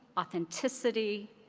authenticity,